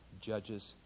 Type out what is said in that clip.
judges